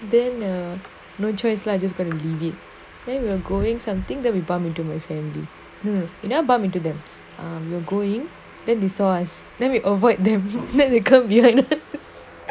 then err no choice lah just gonna leave it then we're going something then we bump into my family uh never bump into them um you're going then they saw us then we avoid them then they come behind us